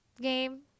game